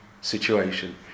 situation